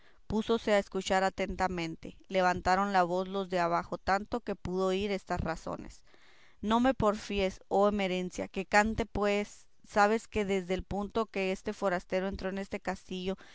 púsose a escuchar atentamente levantaron la voz los de abajo tanto que pudo oír estas razones no me porfíes oh emerencia que cante pues sabes que desde el punto que este forastero entró en este castillo